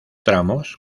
tramos